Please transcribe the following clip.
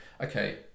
okay